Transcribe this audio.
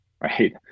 right